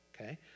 okay